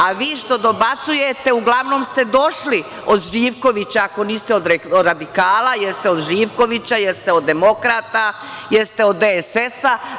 A, vi što dobacujete, uglavnom ste došli od Živkovića, ako niste od radikala, jeste od Živkovića, jeste od demokrata, jeste od DSS.